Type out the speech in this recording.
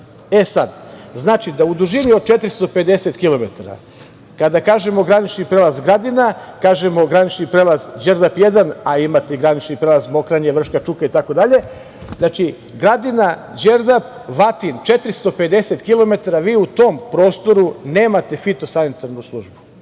sad, znači da u dužini od 450 kilometara, kada kažemo granični prelaz Gradina, kažemo granični prelaz Đerdap I, a imate i granični prelaz Mokranje-Vrška Čuka itd, znači, Gradina, Đerdap, Vatin, 450 kilometara, vi u tom prostoru nemate fitosanitarnu službu.